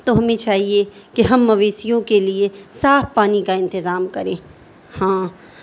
تو ہمیں چاہیے کہ ہم مویشیوں کے لیے صاف پانی کا انتظام کریں ہاں